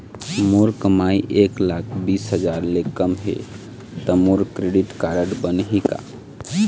मोर कमाई एक लाख बीस हजार ले कम हे त मोर क्रेडिट कारड बनही का?